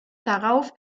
darauf